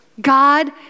God